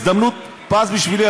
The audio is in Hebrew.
הזדמנות פז בשבילי,